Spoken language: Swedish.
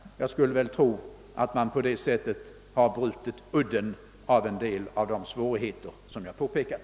Troligen har man på det sättet brutit udden av en del av de svårigheter som jag påpekat.